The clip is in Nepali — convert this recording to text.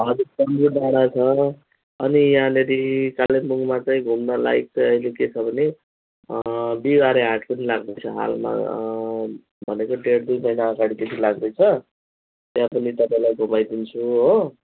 हजुर पन्बू डाँडा छ अनि यहाँनेरि कालेबुङमा चाहिँ घुम्न लाइक चाहिँ अहिले के छ भने अँ बिहिबारे हाट पनि लाग्दैछ हालमा अँ भनेको डेढ दुई महिना अगाडिदेखि लाग्दैछ त्यहाँ पनि तपाईँलाई घुमाइदिन्छु हो